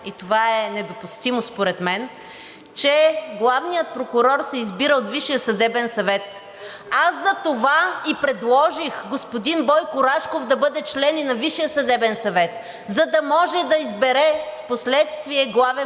и това е недопустимо според мен, че главният прокурор се избира от Висшия съдебен съвет. Аз затова и предложих господин Бойко Рашков да бъде член и на Висшия съдебен съвет, за да може да избере в последствие главен прокурор,